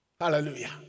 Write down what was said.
Hallelujah